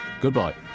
goodbye